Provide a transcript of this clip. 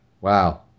Wow